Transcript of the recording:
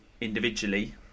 individually